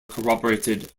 corroborated